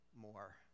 more